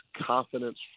confidence